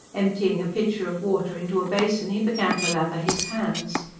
emptying a pitcher of water into a basin he began to lather his hands.